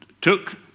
took